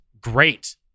great